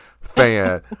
fan